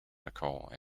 nicole